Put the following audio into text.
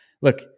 Look